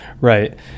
Right